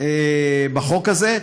בחוק הזה.